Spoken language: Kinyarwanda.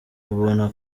ubona